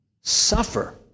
suffer